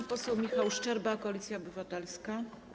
Pan poseł Michał Szczerba, Koalicja Obywatelska.